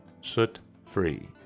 soot-free